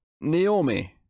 Naomi